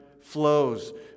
flows